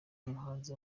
umuhanzi